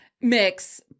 mix